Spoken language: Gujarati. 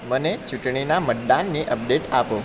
મને ચૂંટણીનાં મતદાનની અપડેટ આપો